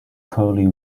curly